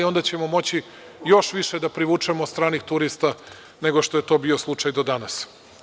Onda ćemo moći još više da privučemo stranih turista nego što je to bio slučaj do danas.